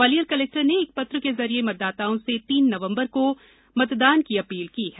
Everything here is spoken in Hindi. ग्वालियर कलेक्टर ने एक पत्र के जरिए मतदाताओं से तीन नवंबर को मतदान की अपील की है